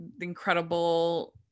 incredible